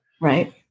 Right